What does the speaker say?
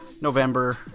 November